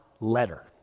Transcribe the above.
letter